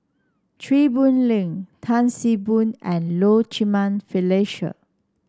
Chew Boon Lay Tan See Boo and Low Jimenez Felicia